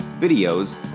videos